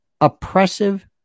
oppressive